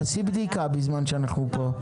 תעשי בדיקה בזמן שאנחנו פה.